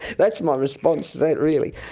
that's my response to that really.